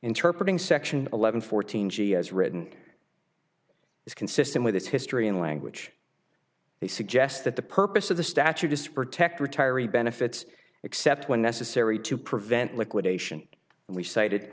interpret in section eleven fourteen g as written it's consistent with its history in language they suggest that the purpose of the statute just protect retiree benefits except when necessary to prevent liquidation and we cited